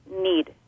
need